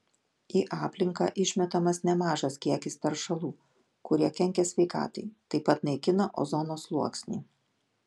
į aplinką išmetamas nemažas kiekis teršalų kurie kenkia sveikatai taip pat naikina ozono sluoksnį